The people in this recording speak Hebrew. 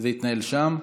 זה יתנהל שם.